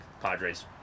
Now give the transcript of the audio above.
Padres